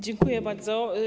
Dziękuję bardzo.